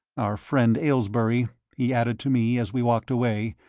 our friend, aylesbury, he added to me, as we walked away,